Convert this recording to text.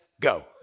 go